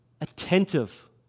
attentive